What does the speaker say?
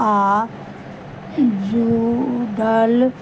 आओर जुडल